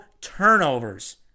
turnovers